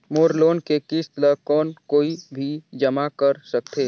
मोर loan के किस्त ल कौन कोई भी जमा कर सकथे?